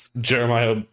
Jeremiah